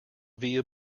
via